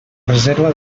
reserva